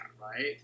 right